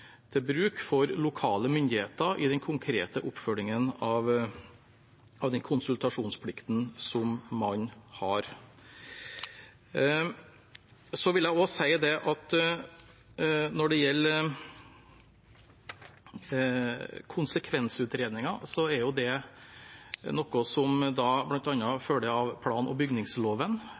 til bruk for lokale myndigheter i den konkrete oppfølgingen av den konsultasjonsplikten man har. Så vil jeg også si at når det gjelder konsekvensutredninger, er det noe som bl.a. følger av plan- og bygningsloven,